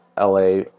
LA